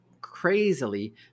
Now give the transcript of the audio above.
crazily